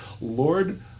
Lord